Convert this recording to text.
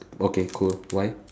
okay cool why